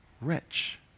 rich